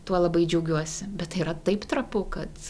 tuo labai džiaugiuosi bet tai yra taip trapu kad